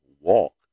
walk